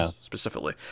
specifically